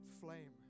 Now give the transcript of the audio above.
flame